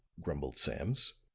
grumbled sams.